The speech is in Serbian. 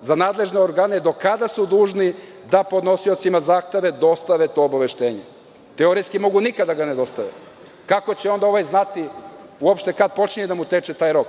za nadležne organe do kada su dužni da podnosiocima zahteva dostave to obaveštenje. Teoretski mogu nikada da ga ne dostave. Kako će onda ovaj znati uopšte kada počinje da mu teče taj rok?